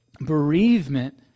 bereavement